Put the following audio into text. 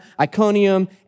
Iconium